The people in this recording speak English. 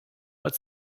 what